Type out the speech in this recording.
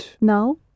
Now